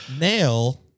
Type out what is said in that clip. Nail